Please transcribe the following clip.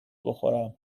بخورم